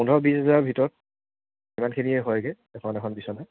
পোন্ধৰ বিছ হেজাৰ ভিতৰত সিমানখিনিয়ে হয়গৈ এখন এখন বিছনাত